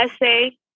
essay